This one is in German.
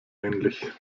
ähnlich